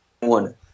one